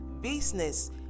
business